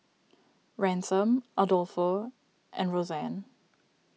Ransom Adolfo and Rosanne